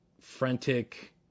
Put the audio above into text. frantic